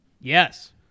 yes